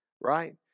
right